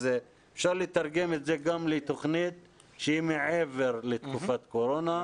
אז אפשר לתרגם את זה גם לתוכנית שהיא מעבר לקורונה.